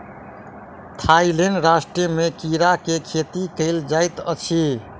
Thailand राष्ट्र में कीड़ा के खेती कयल जाइत अछि